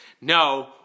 No